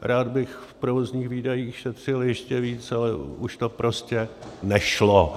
rád bych v provozních výdajích šetřil ještě víc, ale už to prostě nešlo.